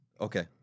Okay